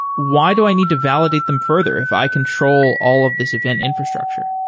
why do i need to validate them further if i control all of this event infrastructure?